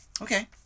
Okay